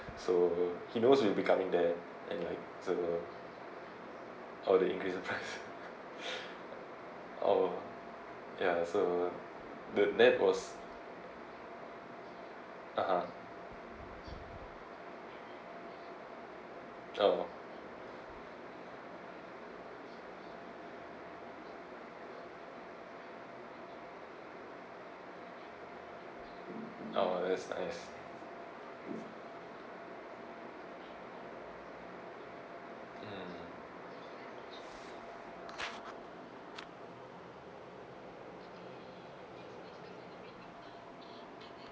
so he knows we will be coming there and like so oh they increase of price oh ya so the that was (uh huh) oh oh that's nice mm